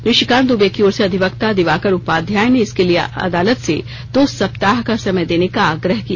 निशिकांत दूबे की ओर से अधिवक्ता दिवाकर उपाध्याय ने इसके लिए अदालत से दो सप्ताह का समय देने का आग्रह किया